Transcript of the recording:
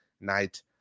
night